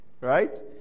right